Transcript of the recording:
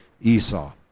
Esau